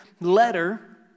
letter